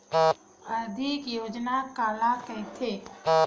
आर्थिक योजना काला कइथे?